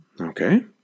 Okay